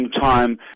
time